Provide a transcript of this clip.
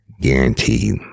guaranteed